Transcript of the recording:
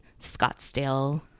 Scottsdale